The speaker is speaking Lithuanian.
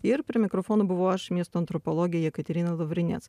ir prie mikrofono buvau aš miesto antropologė jekaterina lavrinėc